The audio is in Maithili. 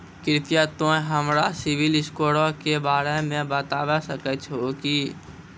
कृपया तोंय हमरा सिविल स्कोरो के बारे मे बताबै सकै छहो कि?